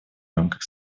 рамках